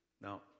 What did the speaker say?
Now